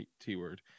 T-word